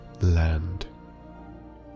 land